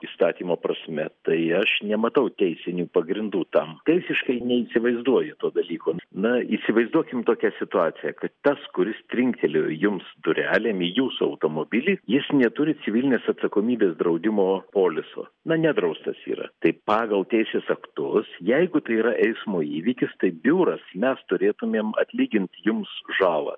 įstatymo prasme tai aš nematau teisinių pagrindų tam teisiškai neįsivaizduoju to dalyko na įsivaizduokim tokią situaciją kad tas kuris trinktelėjo jums durelėm į jūsų automobilį jis neturi civilinės atsakomybės draudimo poliso na nedraustas yra tai pagal teisės aktus jeigu tai yra eismo įvykis tai biuras mes turėtumėm atlygint jums žalą